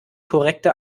korrekte